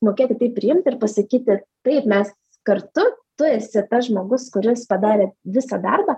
mokėti tai priimti ir pasakyti taip mes kartu tu esi tas žmogus kuris padarė visą darbą